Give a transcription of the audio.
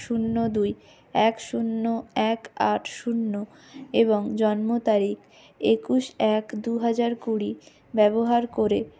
শূন্য দুই এক শূন্য এক আট শূন্য এবং জন্ম তারিখ একুশ এক দু হাজার কুড়ি ব্যবহার করে